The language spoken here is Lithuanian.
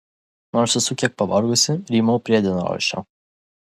nors esu kiek pavargusi rymau prie dienoraščio